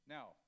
Now